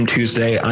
Tuesday